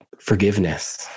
Forgiveness